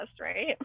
Right